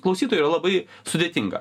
klausytojui yra labai sudėtinga